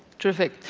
terrific.